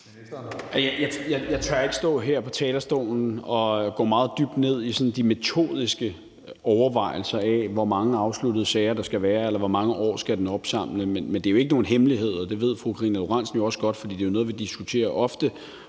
Jeg tør ikke stå her på talerstolen og gå meget dybt ned i sådan de metodiske overvejelser af, hvor mange afsluttede sager der skal være, eller hvor mange år den skal opsamle. Men det er jo ikke nogen hemmelighed, at den samtykkebaserede voldtægtsbestemmelse stadig væk er relativt